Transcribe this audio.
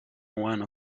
one